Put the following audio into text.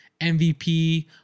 MVP